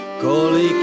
Kolik